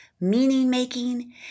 meaning-making